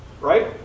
right